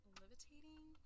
levitating